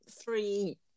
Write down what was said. three